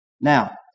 Now